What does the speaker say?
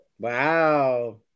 Wow